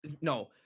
no